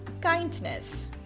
kindness